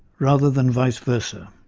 rather than vice versa.